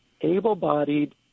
Able-bodied